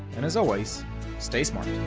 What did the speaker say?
and as always stay smart.